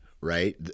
right